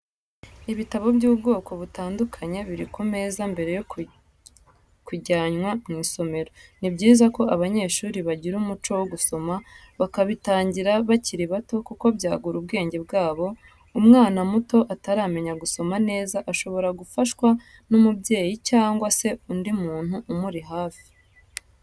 Ibitabo by'ubwoko butandukanye biri ku meza mbere yo kujyanwa mu isomero, ni byiza ko abanyeshuri bagira umuco wo gusoma bakabitangira bakiri bato kuko byagura ubwenge bwabo, umwana muto utaramenya gusoma neza ashobora gufashwa n'umubyeyi cyangwa se undi muntu umuri hafi.